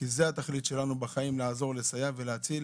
כי זו התכלית שלנו בחיים - לעזור, לסייע ולהציל